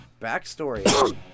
backstory